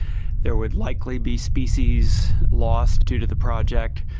there would likely be species lost due to the project,